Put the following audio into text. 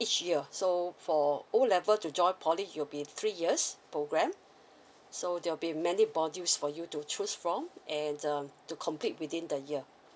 each year so for O level to join poly it'll be three years programme so there'll be many modules for you to choose from and um to complete within the year